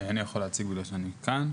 אני יכול להציג בגלל שאני כאן.